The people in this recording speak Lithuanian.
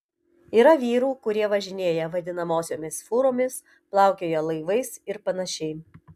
yra vyrų kurie važinėja vadinamosiomis fūromis plaukioja laivais ir panašiai